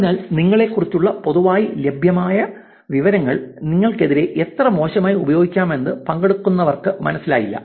അതിനാൽ നിങ്ങളെക്കുറിച്ചുള്ള പൊതുവായി ലഭ്യമായ വിവരങ്ങൾ നിങ്ങൾക്കെതിരെ എത്ര മോശമായി ഉപയോഗിക്കാമെന്ന് പങ്കെടുക്കുന്നവർക്ക് മനസ്സിലായില്ല